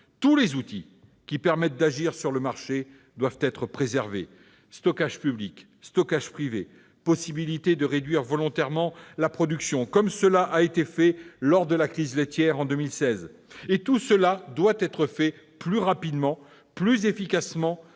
Tous les outils qui permettent d'agir sur le marché doivent être préservés : stockage public et privé, possibilité de réduire volontairement la production, comme cela a été fait lors de la crise laitière en 2016. Tout cela doit être fait plus rapidement, plus efficacement,